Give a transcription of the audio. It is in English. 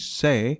say